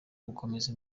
gukomeza